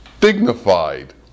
dignified